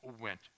went